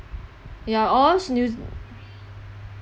ya or else new zealand